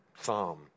psalm